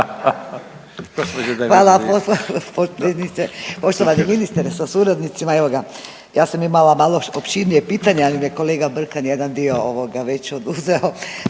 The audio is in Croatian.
poštovani ministre sa suradnicima. Evo ga, ja sam imala malo opširnije pitanje, ali me kolega Brkan jedan dio ovoga već oduzeo,